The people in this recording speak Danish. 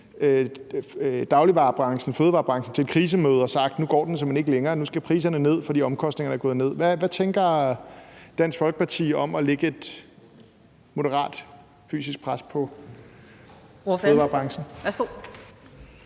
dagligvarebranchen, altså fødevarebranchen, til et krisemøde og sagt, at nu går den simpelt hen ikke længere, og at nu skal priserne ned, fordi omkostningerne er gået ned. Hvad tænker Dansk Folkeparti om at lægge et moderat fysisk pres på fødevarebranchen?